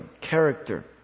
character